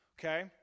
okay